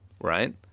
right